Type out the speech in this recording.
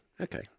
Okay